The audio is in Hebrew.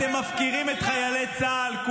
הסתה נגד ראש הממשלה, ואף אחד מכם לא מדבר מילה.